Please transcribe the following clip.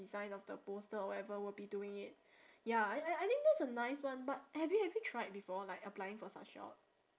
design of the poster or whatever will be doing it ya I I I think that's a nice one but have you have you tried before like applying for such job